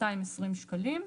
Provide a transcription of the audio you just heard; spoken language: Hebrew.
220 שקלים.